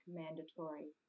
mandatory